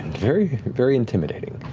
very very intimidating.